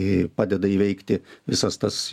ir padeda įveikti visas tas